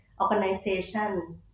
organization